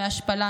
מהשפלה,